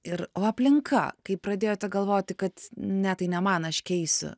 ir o aplinka kai pradėjote galvoti kad ne tai ne man aš keisiu